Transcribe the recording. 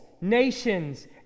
nations